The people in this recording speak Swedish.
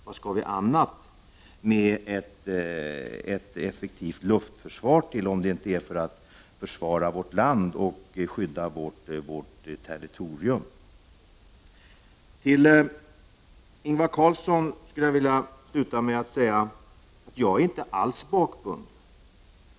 Vad skall vi annars med ett effektivt luftförsvar till om det inte är för att försvara vårt land och skydda vårt territorium? Till Ingvar Karlsson i Bengtsfors vill jag säga att jag inte alls är bakbunden.